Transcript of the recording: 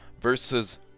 versus